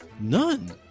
none